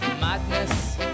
madness